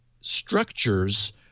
structures